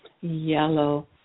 yellow